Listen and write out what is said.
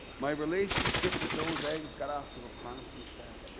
my relationship with those eggs got off to a promising start.